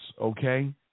okay